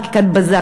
חקיקת בזק,